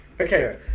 Okay